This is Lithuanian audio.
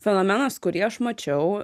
fenomenas kurį aš mačiau